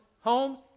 home